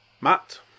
Matt